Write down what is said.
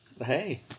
Hey